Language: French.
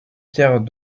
pierre